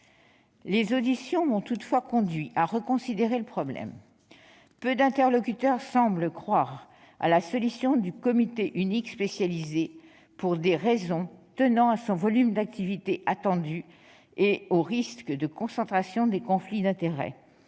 Les auditions m'ont toutefois conduite à reconsidérer le problème. Peu d'interlocuteurs semblent croire à la solution du comité unique spécialisé, pour des raisons tenant à son volume d'activité attendu et au risque de concentration des conflits d'intérêts.